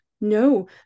no